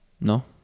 No